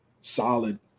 solid